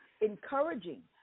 encouraging